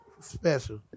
special